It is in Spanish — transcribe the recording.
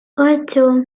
ocho